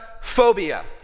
phobia